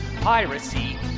piracy